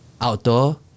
outdoor